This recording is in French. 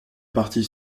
partie